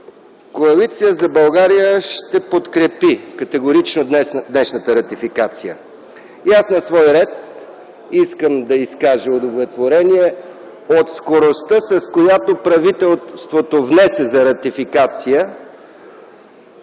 Коалиция за България ще подкрепи категорично днешната ратификация. Аз на свой ред искам да изкажа удовлетворение от скоростта, с която правителството внесе за ратификация